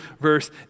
verse